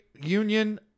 union